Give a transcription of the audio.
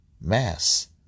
Mass